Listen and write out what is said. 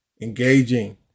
engaging